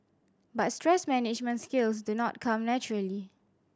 but stress management skills do not come naturally